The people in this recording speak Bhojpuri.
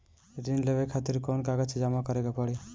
ऋण लेवे खातिर कौन कागज जमा करे के पड़ी?